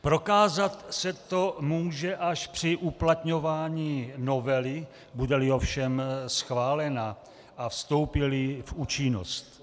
Prokázat se to může až při uplatňování novely, budeli ovšem schválena a vstoupíli v účinnost.